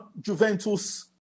Juventus